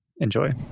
Enjoy